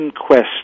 quest